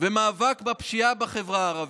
ומאבק בפשיעה בחברה הערבית,